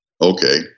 Okay